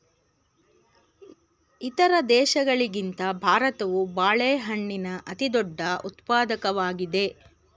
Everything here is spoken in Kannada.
ಇತರ ದೇಶಗಳಿಗಿಂತ ಭಾರತವು ಬಾಳೆಹಣ್ಣಿನ ಅತಿದೊಡ್ಡ ಉತ್ಪಾದಕವಾಗಿದೆ